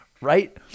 right